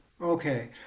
Okay